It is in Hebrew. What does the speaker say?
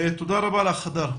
תודה רבה לך, הדר.